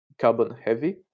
carbon-heavy